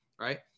right